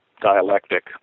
dialectic